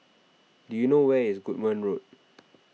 do you know where is Goodman Road